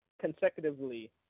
consecutively